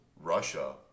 Russia